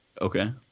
Okay